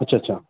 अच्छा च्छा